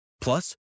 Plus